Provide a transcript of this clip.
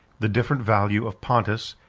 the different value of pontus,